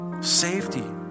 safety